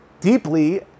deeply